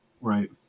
Right